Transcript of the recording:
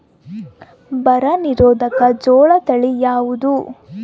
ಬರ ನಿರೋಧಕ ಜೋಳ ತಳಿ ಯಾವುದು?